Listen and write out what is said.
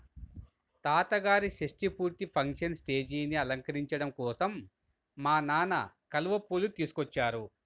తాతగారి షష్టి పూర్తి ఫంక్షన్ స్టేజీని అలంకరించడం కోసం మా నాన్న కలువ పూలు తీసుకొచ్చారు